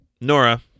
Nora